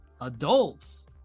adults